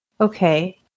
Okay